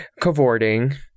cavorting